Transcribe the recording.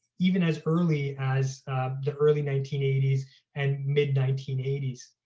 even as early as the early nineteen eighty s and mid nineteen eighty s.